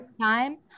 time